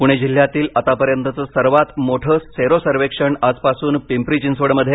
पुणे जिल्ह्यातील आत्तापर्यंतचं सर्वात मोठं सेरो सर्वेक्षण आजपासून पिंपरी चिंचवडमध्ये